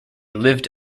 lived